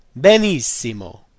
Benissimo